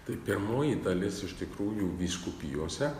tai pirmoji dalis iš tikrųjų vyskupijose